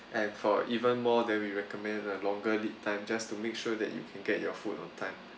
and for even more than we recommend the longer lead time just to make sure that you can get your food on time